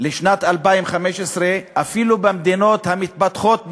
לשנת 2015. אפילו במדינות המתפתחות ביותר,